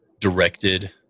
directed